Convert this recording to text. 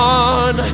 on